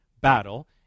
battle